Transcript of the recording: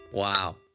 Wow